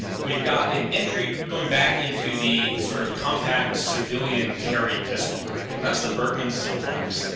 we've got an entry going back into the the sort of compact civilian carry pistol market, and that's the bergmann simplex.